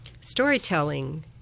storytelling